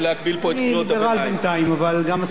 אבל גם הסבלנות של ליברלים פוקעת לפעמים.